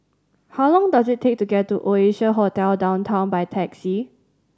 how long does it take to get to Oasia Hotel Downtown by taxi